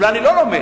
אולי אני לא לומד,